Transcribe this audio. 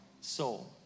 soul